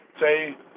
say